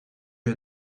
you